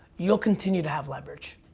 you'll continue to have leverage.